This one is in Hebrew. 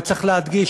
וצריך להדגיש,